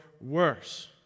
worse